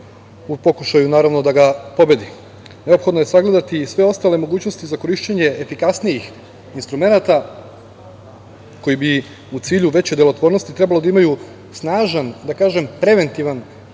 u pokušaju naravno da ga pobedi. Neophodno je sagledati i sve ostale mogućnosti za korišćenje efikasnijih instrumenata koji bi u cilju veće delotvornosti trebalo da imaju snažan, da kažem preventivan efekat